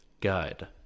guide